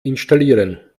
installieren